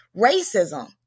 racism